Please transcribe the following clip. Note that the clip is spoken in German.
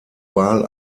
wahl